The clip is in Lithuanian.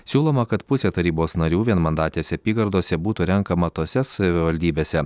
siūloma kad pusė tarybos narių vienmandatėse apygardose būtų renkama tose savivaldybėse